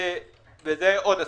זה עוד אסון.